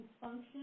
function